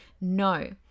No